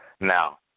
Now